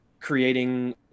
creating